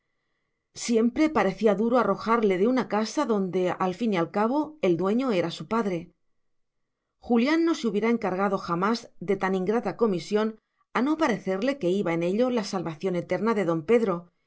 siempre parecía duro arrojarle de una casa donde al fin y al cabo el dueño era su padre julián no se hubiera encargado jamás de tan ingrata comisión a no parecerle que iba en ello la salvación eterna de don pedro